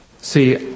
See